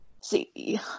See